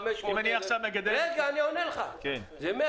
כשכל